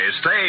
stay